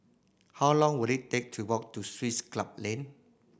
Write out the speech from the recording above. how long will it take to walk to Swiss Club Lane